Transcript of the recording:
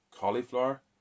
cauliflower